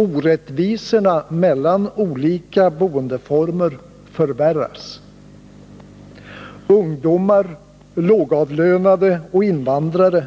Orättvisorna mellan olika boendeformer förvärras. Ungdomar, lågavlönade och invandrare